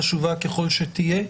חשובה ככל שתהיה,